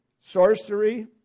sorcery